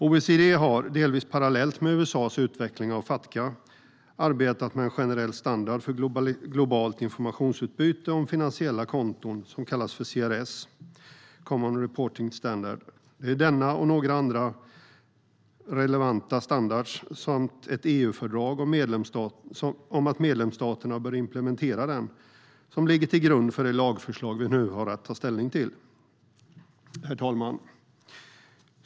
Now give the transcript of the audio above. OECD har, delvis parallellt med USA:s utveckling av Fatca, arbetat med en generell standard för globalt informationsutbyte om finansiella konton som kallas för CRS - Common Reporting Standard. Det är denna och några andra relevanta standarder samt ett EU-fördrag om att medlemsstaterna bör implementera den som ligger till grund för det lagförslag vi nu har att ta ställning till. Herr talman!